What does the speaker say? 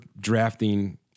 drafting